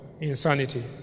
Insanity